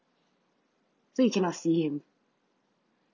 so you cannot see him